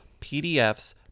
PDFs